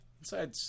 Inside